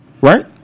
Right